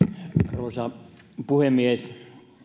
arvoisa puhemies